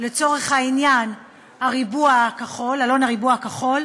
לצורך העניין "אלון הריבוע הכחול",